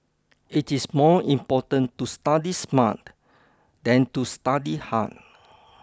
it is more important to study smart than to study hard